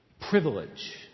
privilege